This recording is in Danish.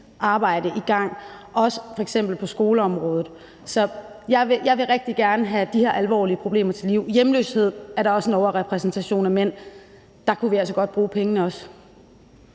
arbejde i gang, også på f.eks. skoleområdet. Så jeg vil rigtig gerne komme de her alvorlige problemer til livs. Der er også en overrepræsentation af mænd, når det handler om hjemløshed, og